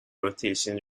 rotation